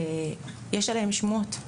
שיש עליהם שמועות.